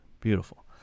Beautiful